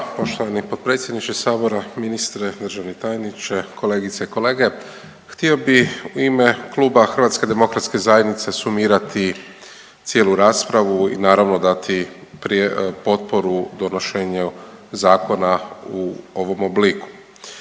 lijepa. Poštovani potpredsjedniče sabora, ministre, državni tajniče, kolegice i kolege. Htio bi u ime kluba HDZ-a sumirati cijelu raspravu i naravno dati potporu donošenju zakona u ovom obliku.